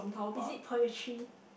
is it poetry